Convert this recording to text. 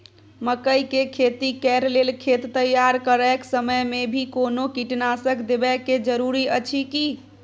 मकई के खेती कैर लेल खेत तैयार करैक समय मे भी कोनो कीटनासक देबै के जरूरी अछि की?